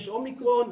יש אומיקרון,